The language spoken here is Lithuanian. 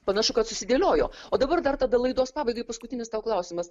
panašu kad susidėliojo o dabar dar tada laidos pabaigai paskutinis tau klausimas